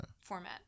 format